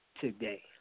today